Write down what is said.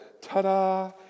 ta-da